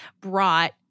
brought